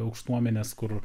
aukštuomenės kur